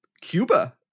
Cuba